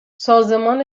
سازمان